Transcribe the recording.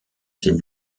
ses